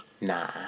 Nah